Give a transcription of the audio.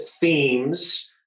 themes